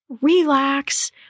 relax